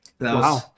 Wow